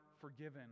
forgiven